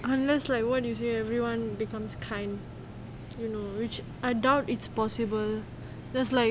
unless like what you say everyone become kind which I doubt it's possible there's like